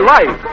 Life